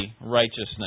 righteousness